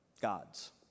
gods